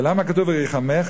ולמה כתוב וריחמך?